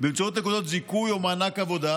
באמצעות נקודות זיכוי או מענק עבודה,